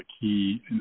key